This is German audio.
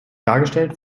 dargestellt